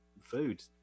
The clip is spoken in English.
food